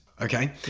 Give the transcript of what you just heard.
okay